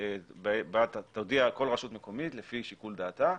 בה תודיע כל רשות מקומית לפי שיקול דעתה,